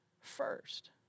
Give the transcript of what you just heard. first